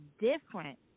different